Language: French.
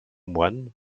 moines